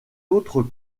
autres